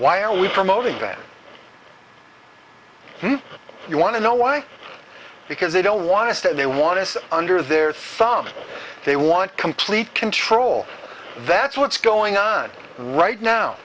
why are we promoting that you want to know why because they don't want to stay they want us under their thumb they want complete control that's what's going on right now